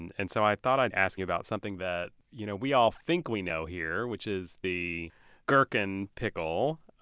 and so i thought i'd ask you about something that you know we all think we know here, which is the gherkin pickle.